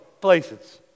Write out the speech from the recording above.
places